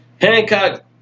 Hancock